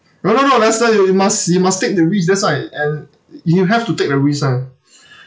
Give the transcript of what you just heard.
no no no lester you you must you must take the risk that's why and you have to take the risk [one]